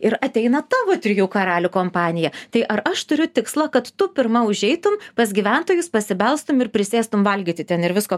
ir ateina tavo trijų karalių kompanija tai ar aš turiu tikslą kad tu pirma užeitum pas gyventojus pasibelstum ir prisėstum valgyti ten ir visko